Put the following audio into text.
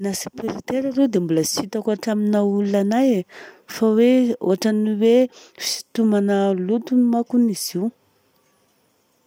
Ny aspiratera aloha dia mbola tsitako hatramin'ny naha olona anahy e. Fa hoe- ohatran'ny hoe isintomana loto hono manko hono izy io.